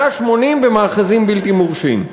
180 במאחזים בלתי מורשים.